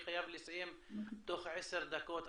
אני חייב לסיים בתוך עשר דקות,